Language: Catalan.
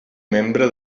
membre